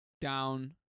Down